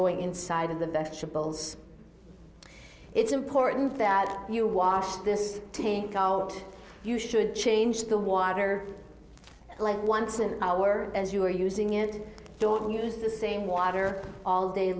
going inside of the vegetables it's important that you wash this tank out you should change the water once an hour as you are using it don't use the same water all day